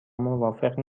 موافق